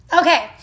Okay